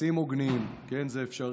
יחסים הוגנים, כן, זה אפשרי,